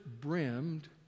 brimmed